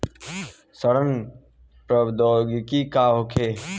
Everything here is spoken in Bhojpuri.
सड़न प्रधौगिकी का होखे?